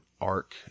arc